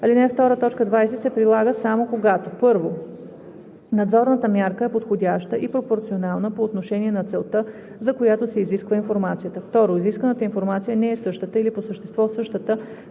Алинея 2, т. 20 се прилага само когато: 1. надзорната мярка е подходяща и пропорционална по отношение на целта, за която се изисква информацията; 2. исканата информация не е същата или по същество същата